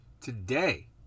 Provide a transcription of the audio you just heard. today